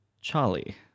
Charlie